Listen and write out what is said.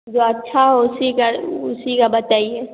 जो अच्छा हो उसी का उसी का बताइए